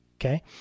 okay